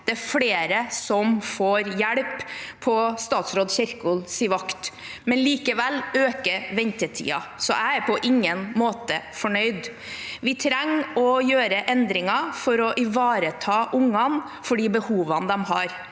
Det er flere som får hjelp på statsråd Kjerkol sin vakt, men likevel øker ventetiden, så jeg er på ingen måte fornøyd. Vi trenger å gjøre endringer for å ivareta ungene og de behovene de har.